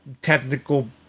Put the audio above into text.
technical